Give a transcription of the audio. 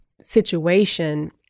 situation